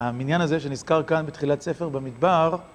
המניין הזה שנזכר כאן בתחילת ספר במדבר